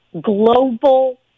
global